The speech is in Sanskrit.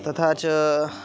तथा च